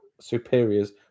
superiors